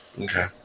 Okay